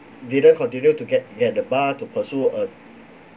didn't continue to get get the bar to pursue a